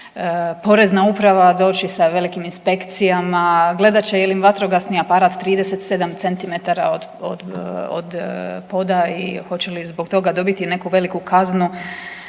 porezna uprava doći sa velikim inspekcijama, gledat će je li im vatrogasni aparat 37 centimetara od poda i hoće li zbog toga dobiti neku veliku kaznu,